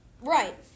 Right